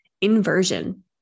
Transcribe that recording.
inversion